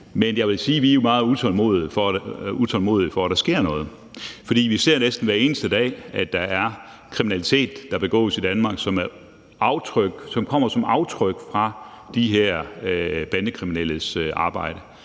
men jeg vil sige, at vi er meget utålmodige efter, at der sker noget. For vi ser næsten hver eneste dag, at der er kriminalitet, der begås i Danmark, som er aftryk af de her bandekriminelles arbejde,